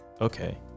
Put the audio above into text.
Okay